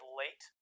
late